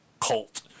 cult